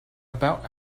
about